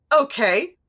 Okay